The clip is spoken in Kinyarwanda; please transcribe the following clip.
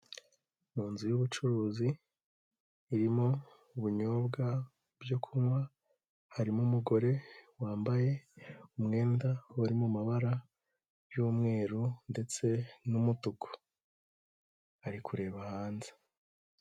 Mu nzu y'ubucuruzi irimo ibunyobwa byo kunywa, harimo umugore wambaye umwenda wari mumabara y'umweru ndetse n'umutuku ari kureba hanze.